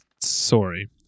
sorry